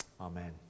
Amen